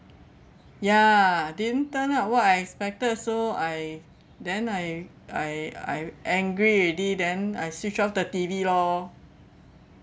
ya didn't turn up what I expected so I then I I I angry already then I switch off the T_V lor